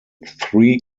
three